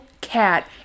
cat